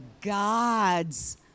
God's